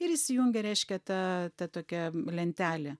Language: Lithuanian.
ir įsijungia reiškia ta ta tokia lentelė